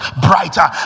brighter